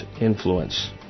influence